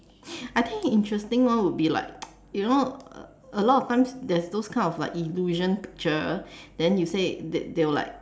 I think interesting one would be like you know a a lot of times there's those kind of like illusion picture then you say they they will like